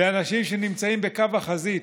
לאנשים שנמצאים בקו החזית.